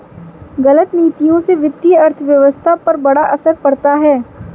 गलत नीतियों से वित्तीय अर्थव्यवस्था पर बड़ा असर पड़ता है